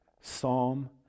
psalm